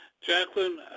Jacqueline